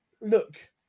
look